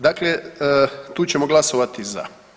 Dakle, tu ćemo glasovati za.